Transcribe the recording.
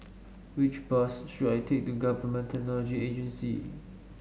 which bus should I take to Government Technology Agency